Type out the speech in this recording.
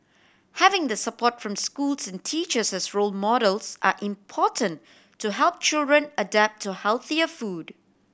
having the support from schools and teachers as role models are important to help children adapt to healthier food